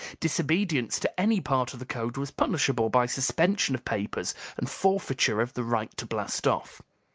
disobedience to any part of the code was punishable by suspension of papers and forfeiture of the right to blast off.